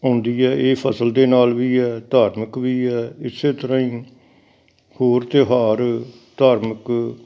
ਆਉਂਦੀ ਹੈ ਇਹ ਫਸਲ ਦੇ ਨਾਲ ਵੀ ਹੈ ਧਾਰਮਿਕ ਵੀ ਹੈ ਇਸ ਤਰ੍ਹਾਂ ਹੀ ਹੋਰ ਤਿਉਹਾਰ ਧਾਰਮਿਕ